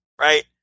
right